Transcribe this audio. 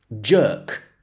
Jerk